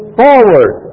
forward